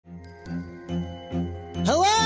Hello